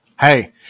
hey